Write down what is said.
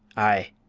i,